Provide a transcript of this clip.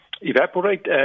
evaporate